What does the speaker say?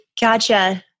Gotcha